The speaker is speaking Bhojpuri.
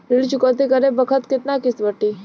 ऋण चुकौती करे बखत केतना किस्त कटी?